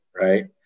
right